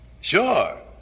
Sure